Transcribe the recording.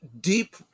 deep